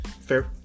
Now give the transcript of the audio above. Fair